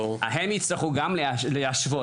גם הן יצטרכו להשוות,